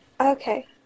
Okay